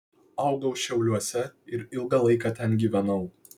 augau šiauliuose ir ilgą laiką ten gyvenau